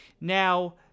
Now